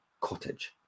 cottage